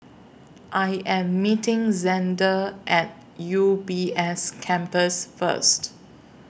I Am meeting Zander At U B S Campus First